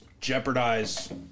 jeopardize